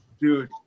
Dude